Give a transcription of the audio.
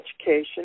education